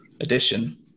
edition